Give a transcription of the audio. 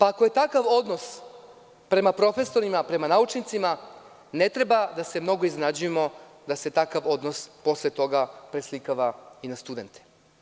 Ako je takav odnos prema profesorima, prema naučnicima, ne treba da se mnogo iznenađujemo da se takav odnos posle toga preslikava i na studente.